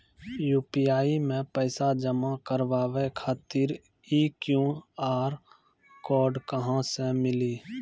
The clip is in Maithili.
यु.पी.आई मे पैसा जमा कारवावे खातिर ई क्यू.आर कोड कहां से मिली?